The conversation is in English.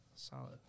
Solid